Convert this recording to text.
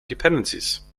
dependencies